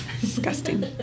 Disgusting